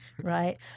right